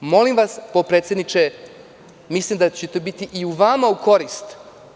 Molim vas, potpredsedniče da će to biti i vama u korist.